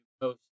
post